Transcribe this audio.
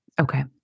Okay